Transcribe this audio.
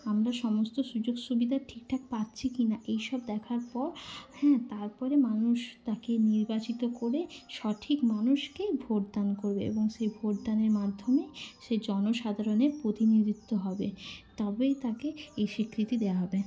আমরা সমস্ত সুযোগ সুবিধা ঠিক ঠাক পাচ্ছি কি না এইসব দেখার পর হ্যাঁ তারপরে মানুষ তাকে নির্বাচিত করে সঠিক মানুষকেই ভোটদান করবে এবং সেই ভোটদানের মাধ্যমেই সে জনসাধারণের প্রতিনিধিত্ব হবে তবেই তাকে এই স্বীকৃতি দেওয়া হবে